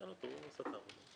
תשאל אותו, הוא עשה את העבודה.